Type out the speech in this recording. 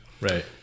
Right